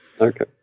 Okay